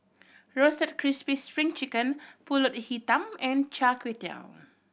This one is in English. Roasted Crispy Spring Chicken Pulut Hitam and Char Kway Teow